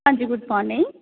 ਹਾਂਜੀ good morning